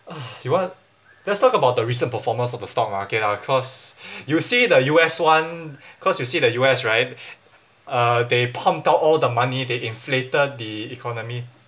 ugh you want let's talk about the recent performance of the stock market ah cause you see the U_S [one] cause you see the U_S right uh they pumped out all the money they inflated the economy